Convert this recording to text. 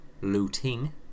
looting